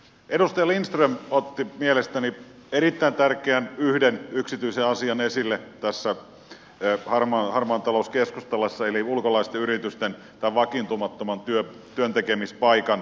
edustaja lindström otti mielestäni yhden erittäin tärkeän yksityisen asian esille tässä harmaan talouden keskustelussa eli ulkolaisten yritysten tai vakiintumattoman työntekemispaikan lainsäädännön